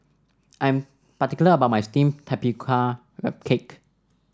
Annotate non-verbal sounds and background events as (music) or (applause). I'm particular about my steamed Tapioca (unintelligible) Cake